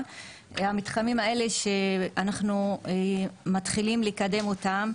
המתחמים האלה שאנחנו מתחילים לקדם אותם.